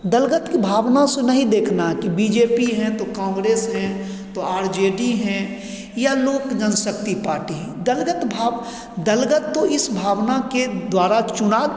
दलगत भावना से नहीं देखना है कि बी जे पी है तो काँग्रेस है तो आर जे डी है या लोक जनशक्ति पार्टी है दलगत भावना दलगत तो इस भावना के द्वारा चुनाव